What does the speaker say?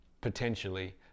potentially